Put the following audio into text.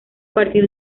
partir